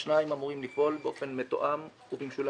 השניים אמורים לפעול באופן מתואם ובמשולב.